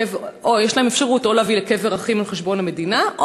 יש להם אפשרות או להביא לקבר אחים על חשבון המדינה,